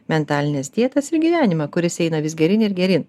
mentalines dietas ir gyvenimą kuris eina vis geryn ir geryn